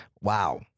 wow